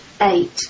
eight